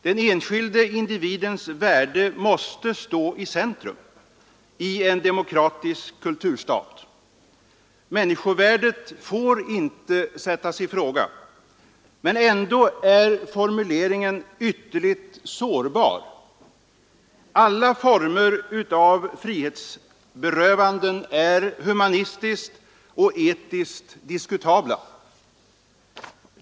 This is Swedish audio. Den enskilde individens värde måste stå i centrum i en demokratisk kulturstat. Människovärdet får inte sättas i fråga. Men ändå är formuleringen ytterligt sårbar. Alla former av frihetsberövanden är humanistiskt och etiskt diskutabla.